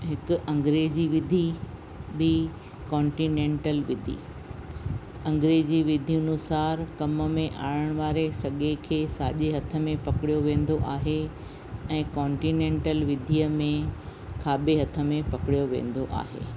हिक अंग्रेजी विधी ॿी कॉन्टिनेंटल विधी अंग्रेजी विधि अनुसार कम में आणण वारे सॻे खे साॼे हथ में पकिड़ियो वेंदो आहे ऐं कॉन्टिनेंटल विधीअ में खाॿे हथ में पकिड़ियो वेंदो आहे